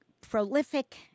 prolific